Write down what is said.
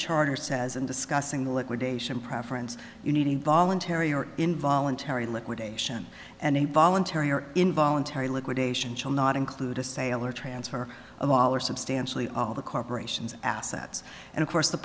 charter says in discussing the liquidation preference you need a voluntary or involuntary liquidation and a voluntary or involuntary liquidation shall not include a sale or transfer of all or substantially all the corporation's assets and of course the